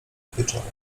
wieczorem